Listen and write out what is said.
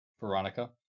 Veronica